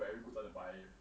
very good time to buy